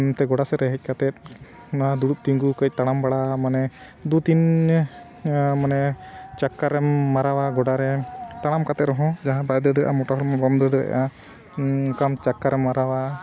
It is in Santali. ᱚᱱᱛᱮ ᱜᱚᱰᱟ ᱥᱮᱫ ᱨᱮ ᱦᱮᱡ ᱠᱟᱛᱮᱫ ᱚᱱᱟ ᱫᱩᱲᱩᱵ ᱛᱤᱸᱜᱩ ᱠᱟᱹᱡ ᱛᱟᱲᱟᱢ ᱵᱟᱲᱟ ᱢᱟᱱᱮ ᱫᱩ ᱛᱤᱱ ᱢᱟᱱᱮ ᱪᱚᱠᱠᱚᱨᱮᱢ ᱢᱟᱨᱟᱣᱟ ᱜᱚᱰᱟᱨᱮ ᱛᱟᱲᱟᱢ ᱠᱟᱛᱮᱫ ᱨᱮᱦᱚᱸ ᱡᱟᱦᱟᱸᱭ ᱵᱟᱭ ᱫᱟᱹᱲ ᱫᱟᱲᱮᱭᱟᱜᱼᱟ ᱢᱚᱴᱟ ᱦᱚᱲᱢᱚ ᱵᱟᱢ ᱫᱟᱹᱲ ᱫᱟᱲᱮᱭᱟᱜᱼᱟ ᱚᱱᱠᱟᱢ ᱚᱱᱠᱟᱢ ᱪᱚᱠᱠᱚᱨᱮᱢ ᱢᱟᱨᱟᱣᱟ